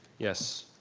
yes.